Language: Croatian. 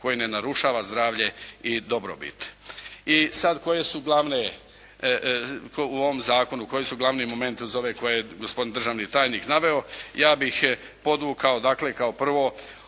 koji ne narušava zdravlje i dobrobit. I sada koje su glavne u ovom zakonu, koji su glavni momenti za ove koje je gospodin državni tajnik naveo. Ja bih podvukao dakle kao prvo,